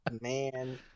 Man